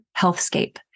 healthscape